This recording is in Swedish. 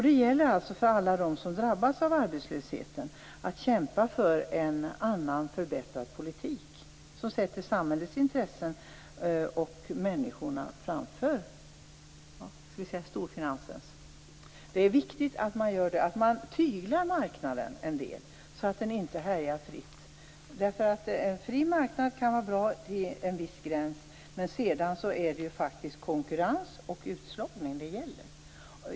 Det gäller alltså för alla dem som drabbas av arbetslösheten att kämpa för en annan, förbättrad politik, som sätter samhällets intressen och människornas framför storfinansens. Det är viktigt att marknaden tyglas en del, så att den inte härjar fritt. En fri marknad kan vara bra till en viss gräns, men sedan är det faktiskt konkurrens och utslagning som gäller.